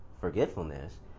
forgetfulness